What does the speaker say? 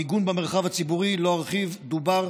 על המיגון במרחב הציבורי לא ארחיב, זה דובר.